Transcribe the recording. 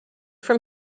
from